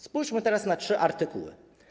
Spójrzmy teraz na trzy artykuły.